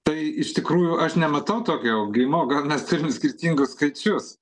tai iš tikrųjų aš nematau tokio augimo gal mes turim skirtingus skaičius